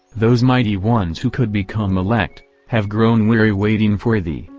those mighty ones who could become elect, have grown weary waiting for thee,